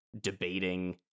debating